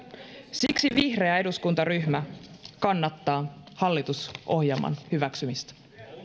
siksi vihreä eduskuntaryhmä kannattaa hallitusohjelman hyväksymistä